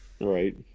Right